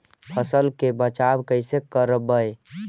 फसल के बचाब कैसे करबय?